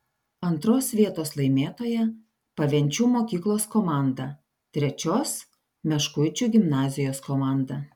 antros vietos laimėtoja pavenčių mokyklos komanda trečios meškuičių gimnazijos komanda